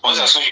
mm